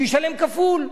שישלם כפול.